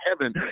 heaven